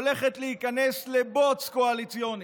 הולכת להיכנס לבוץ קואליציוני.